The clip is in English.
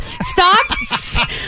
Stop